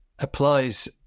Applies